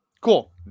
cool